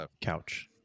Couch